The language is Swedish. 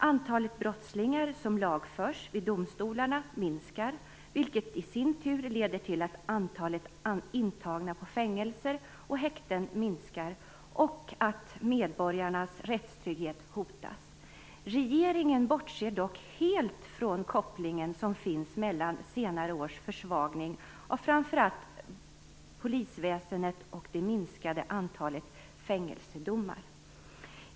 Antalet brottslingar som lagförs vid domstolarna minskar, vilket i sin tur leder till att antalet intagna på fängelser och häkten minskar och att medborgarnas rättstrygghet hotas. Regeringen bortser dock helt från den koppling som finns mellan senare års försvagning av framför allt Polisväsendet och det minskade antalet fängelsedomar.